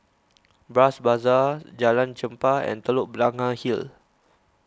Bras Basah Jalan Chempah and Telok Blangah Hill